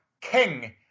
King